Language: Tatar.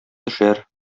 төшәр